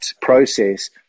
process